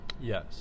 yes